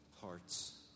hearts